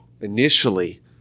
initially